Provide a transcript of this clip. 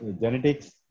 genetics